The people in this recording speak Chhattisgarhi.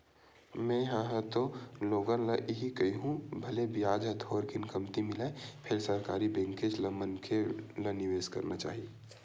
में हा ह तो लोगन ल इही कहिहूँ भले बियाज ह थोरकिन कमती मिलय फेर सरकारी बेंकेच म मनखे ल निवेस करना चाही